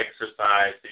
exercise